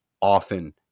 often